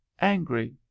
angry